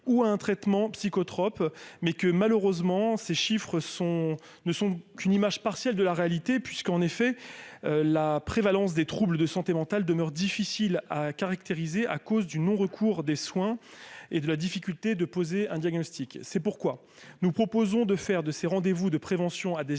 ou un traitement psychotrope mais que, malheureusement, ces chiffres sont ne sont qu'une image partielle de la réalité puisqu'en effet la prévalence des troubles de santé mentale demeure difficile à caractériser à cause du non-recours des soins et de la difficulté de poser un diagnostic, c'est pourquoi nous proposons de faire de ces rendez-vous de prévention a déjà